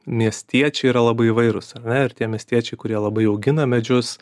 miestiečiai yra labai įvairūs ar ne ir tie miestiečiai kurie labai augina medžius